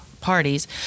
parties